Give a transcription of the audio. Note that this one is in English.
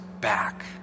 back